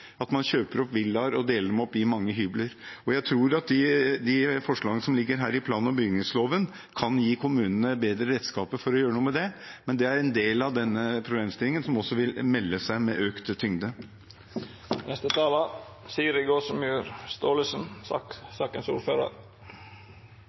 man kjøper opp villaer og deler dem opp i mange hybler. Jeg tror at de forslagene som ligger her i plan- og bygningsloven, kan gi kommunene bedre redskaper for å gjøre noe med det, men det er en del av denne problemstillingen som også vil melde seg med økt